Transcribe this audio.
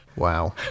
Wow